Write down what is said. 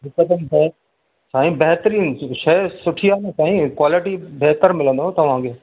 हिकदमि बेस्ट साईं बहितरीन शइ सुठी आहे न साईं क्वालिटी बहितरु मिलंदव तव्हांखे